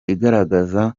igaragaza